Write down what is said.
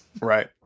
right